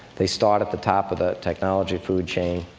they start at the top of the technology food chain.